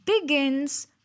begins